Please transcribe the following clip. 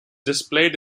displayed